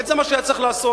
זה מה שהיה צריך לעשות,